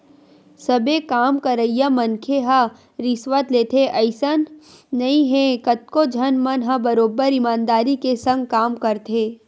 सबे काम करइया मनखे ह रिस्वत लेथे अइसन नइ हे कतको झन मन ह बरोबर ईमानदारी के संग काम करथे